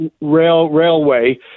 railway